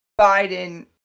Biden